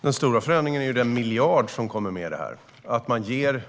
Herr talman! Den stora förändringen är ju den miljard som kommer med i det här. Vi ger